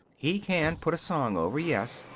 he can put a song over, yes.